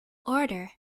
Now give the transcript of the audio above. order